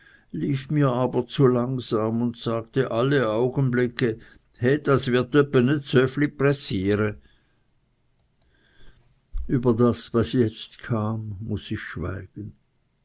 lief mir aber zu langsam und sagte alle augenblicke he das wird öppe nit sövli pressiere über das was jetzt kam muß ich schweigen